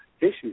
issues